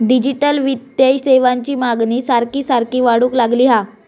digital वित्तीय सेवांची मागणी सारखी सारखी वाढूक लागली हा